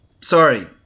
Sorry